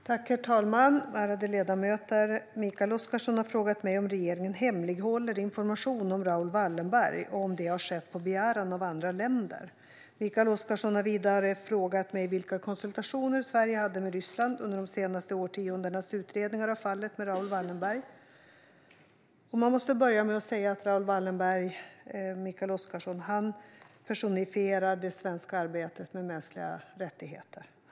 Herr talman och ärade ledamöter! Mikael Oscarsson har frågat mig om regeringen hemlighåller information om Raoul Wallenberg och om det har skett på begäran av andra länder. Mikael Oscarsson har vidare frågat mig vilka konsultationer Sverige hade med Ryssland under de senaste årtiondenas utredningar av fallet med Raoul Wallenberg. Man måste börja med att säga att Raoul Wallenberg personifierar det svenska arbetet för mänskliga rättigheter.